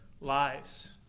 lives